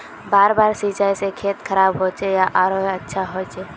बार बार सिंचाई से खेत खराब होचे या आरोहो अच्छा होचए?